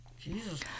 Jesus